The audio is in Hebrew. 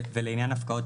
כן.